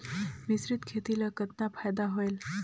मिश्रीत खेती ल कतना फायदा होयल?